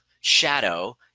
shadow